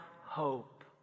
hope